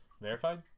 verified